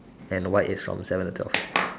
and white is from seven to twelve